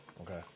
Okay